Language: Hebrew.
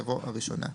יבוא "הראשונה".